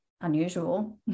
unusual